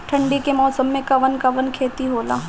ठंडी के मौसम में कवन कवन खेती होला?